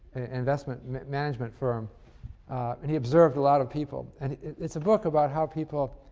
investment management firm and he observed a lot of people. and it's a book about how people